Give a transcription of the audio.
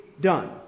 done